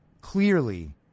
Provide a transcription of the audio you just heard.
clearly